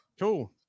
cool